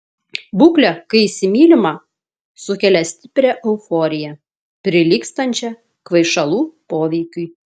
būklė kai įsimylima sukelia stiprią euforiją prilygstančią kvaišalų poveikiui